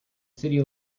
city